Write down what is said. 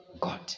God